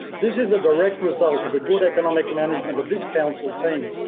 this is a direct result of the good economic management of this council team,